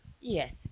yes